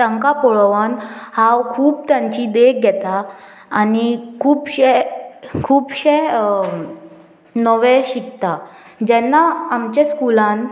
तांकां पळोवन हांव खूब तांची देख घेता आनी खुबशे खुबशे नवें शिकता जेन्ना आमच्या स्कुलान